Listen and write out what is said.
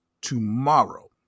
tomorrow